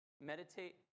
meditate